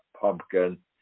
pumpkin